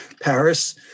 Paris